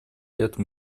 этом